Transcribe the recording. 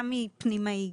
גם פנימאי,